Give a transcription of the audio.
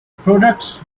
products